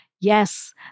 Yes